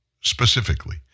specifically